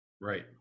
Right